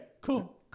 cool